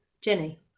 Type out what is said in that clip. Jenny